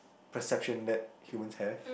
perception that humans have